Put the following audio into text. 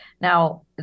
Now